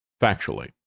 factually